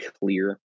clear